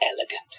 elegant